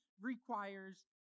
requires